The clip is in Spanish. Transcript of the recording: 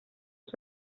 una